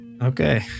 Okay